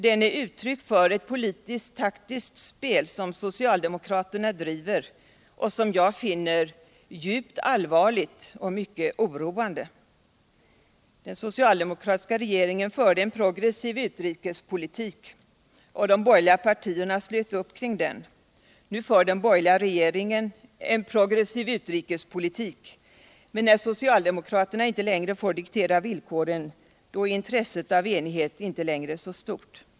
Den är ett uttryck för ett politiskt taktiskt spel som socialdemokräterna driver och som jag finner djupt allvarligt och mycket oroande. Den socisldemokratiska regeringen förde en progressiv utrikespolitik, och de borgerliga partierna slöt upp kring den. Nu för den borgerliga regeringen en progressiv utrikespolitik, men när socialdemokraterna inte lingre får diktera villkoren är intresset för enigheten inte längre så stort.